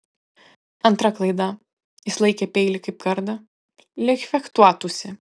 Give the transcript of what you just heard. antra klaida jis laikė peilį kaip kardą lyg fechtuotųsi